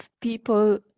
people